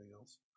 else